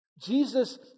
Jesus